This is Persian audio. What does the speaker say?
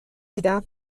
دیدم